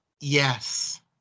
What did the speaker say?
Yes